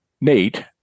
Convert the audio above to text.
nate